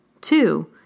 Two